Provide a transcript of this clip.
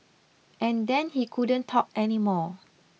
and then he couldn't talk anymore